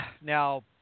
now